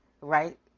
right